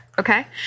Okay